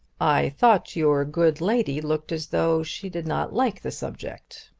i thought your good lady looked as though she did not like the subject.